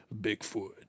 Bigfoot